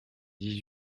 dix